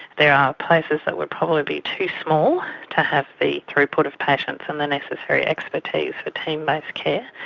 there are places that would probably be too small to have the throughput of patients and the necessary expertise for team-based care.